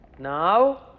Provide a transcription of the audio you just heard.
Now